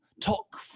talk